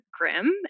grim